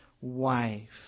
wife